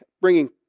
bringing